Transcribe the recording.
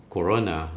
Corona